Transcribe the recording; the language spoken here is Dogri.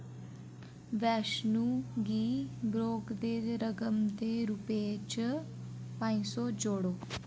वैश्णो गी ब्रोकरे रकम दे रूपै च पंज सौ जोड़ो